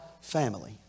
family